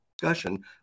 discussion